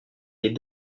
les